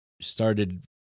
started